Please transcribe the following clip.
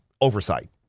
oversight